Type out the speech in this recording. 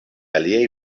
aliaj